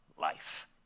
life